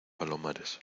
palomares